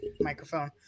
microphone